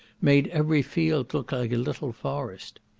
made every field look like a little forest.